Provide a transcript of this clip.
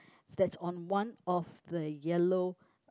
that's on one of the yellow